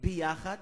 יחד